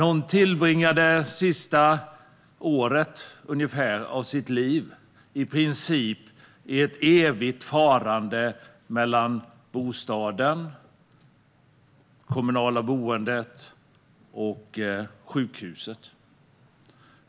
Hon tillbringade det sista året, ungefär, av sitt liv i ett evigt farande - fram, och tillbaka - mellan bostaden, det kommunala boendet och sjukhuset.